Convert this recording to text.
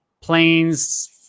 planes